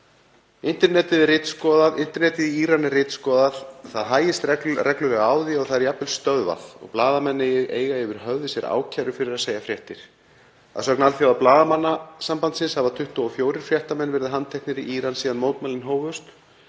Internetið í Íran er ritskoðað, það hægist reglulega á því, það er jafnvel stöðvað og blaðamenn eiga yfir höfði sér ákæru fyrir að segja fréttir. Að sögn Alþjóða blaðamannasambandsins hafa 24 fréttamenn verið handteknir í Íran síðan mótmælin hófust.